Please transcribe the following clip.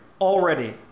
already